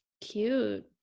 Cute